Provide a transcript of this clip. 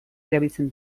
erabiltzen